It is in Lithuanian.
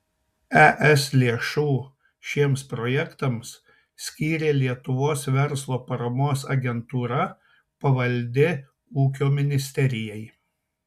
es lėšų šiems projektams skyrė lietuvos verslo paramos agentūra pavaldi ūkio ministerijai